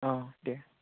औ दे